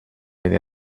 idea